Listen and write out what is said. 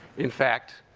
in fact,